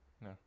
No